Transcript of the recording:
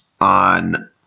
on –